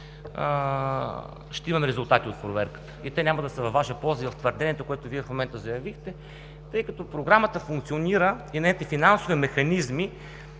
ще имаме резултати от проверката и те няма да са във Ваша полза и в твърдението, което Вие в момента заявихте, тъй като Програмата функционира и нейните финансови механизми